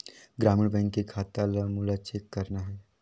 ग्रामीण बैंक के खाता ला मोला चेक करना हे?